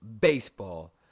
baseball